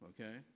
okay